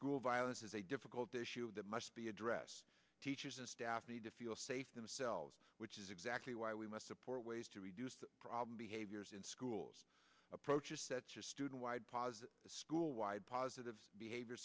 school violence is a difficult issue that must be addressed teachers and staff need to feel safe themselves which is exactly why we must support ways to reduce the problem behaviors in schools approaches just student wide pas a school wide positive behavior